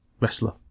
wrestler